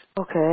Okay